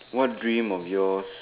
what dream of yours